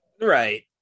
right